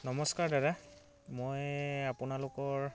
নমস্কাৰ দাদা মই আপোনালোকৰ